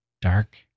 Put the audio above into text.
dark